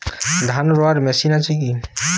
ধান রোয়ার মেশিন আছে কি?